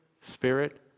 spirit